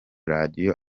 radiyo